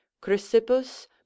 Chrysippus